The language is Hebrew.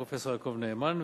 פרופסור יעקב נאמן,